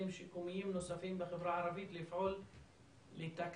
שיקומיים נוספים בחברה הערבית ולפעול לתקצובם.